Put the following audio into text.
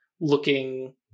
looking